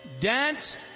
dance